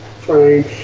frame